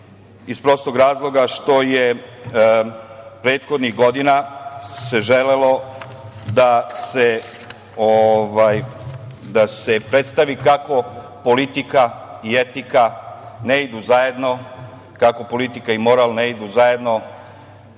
iz prostog razloga što se prethodnih godina želelo da se predstavi kako politika i etika ne idu zajedno, kako politika i moral ne idu zajedno,